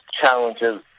challenges